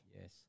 Yes